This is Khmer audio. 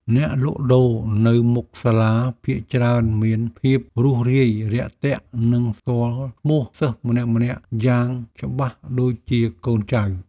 អ្នកលក់ដូរនៅមុខសាលាភាគច្រើនមានភាពរួសរាយរាក់ទាក់និងស្គាល់ឈ្មោះសិស្សម្នាក់ៗយ៉ាងច្បាស់ដូចជាកូនចៅ។